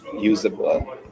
usable